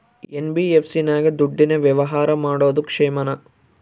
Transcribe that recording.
NBFC ನಾಗ ದುಡ್ಡಿನ ವ್ಯವಹಾರ ಮಾಡೋದು ಕ್ಷೇಮಾನ?